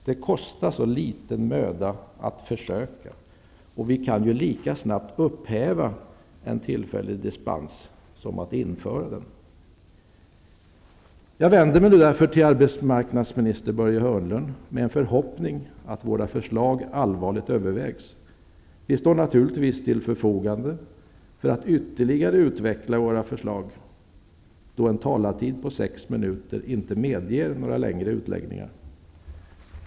Det kostar så liten möda att försöka, och vi kan ju lika snabbt upphäva en tillfällig dispens som att införa den. Jag vänder mig nu därför till arbetsmarknadsminister Börje Hörnlund med en förhoppning att våra förslag allvarligt övervägs. Vi står naturligtvis till förfogande för att ytterligare utveckla våra förslag då en taletid på sex minuter inte medger några längre utläggningar.